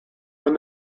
when